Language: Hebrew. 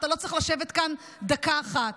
אתה לא צריך לשבת כאן דקה אחת.